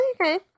okay